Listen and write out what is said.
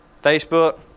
Facebook